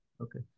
Okay